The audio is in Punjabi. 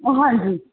ਹਾਂਜੀ